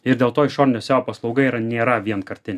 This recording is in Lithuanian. ir dėl to išorinio seo paslauga yra nėra vienkartinė